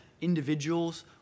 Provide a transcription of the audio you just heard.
individuals